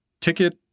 ticket